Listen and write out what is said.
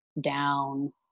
down